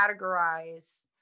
categorize